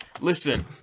listen